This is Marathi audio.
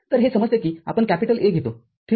तरहे समजते की आपण A घेतो ठीक आहे